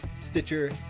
Stitcher